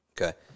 Okay